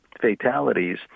fatalities